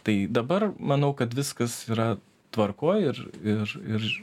tai dabar manau kad viskas yra tvarkoj ir ir